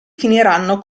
finiranno